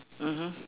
mmhmm